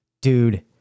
dude